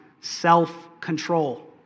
Self-control